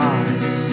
eyes